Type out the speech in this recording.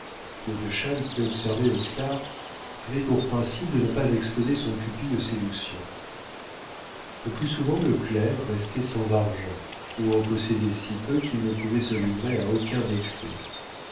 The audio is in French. godeschal qui observait oscar avait pour principe de ne pas exposer son pupille aux séductions le plus souvent le clerc restait sans argent ou en possédait si peu qu'il ne pouvait se livrer à aucun excès